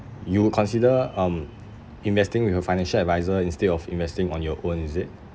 you would consider um investing with a financial adviser instead of investing on your own is it